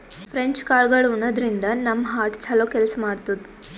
French ಕಾಳ್ಗಳ್ ಉಣಾದ್ರಿನ್ದ ನಮ್ ಹಾರ್ಟ್ ಛಲೋ ಕೆಲ್ಸ್ ಮಾಡ್ತದ್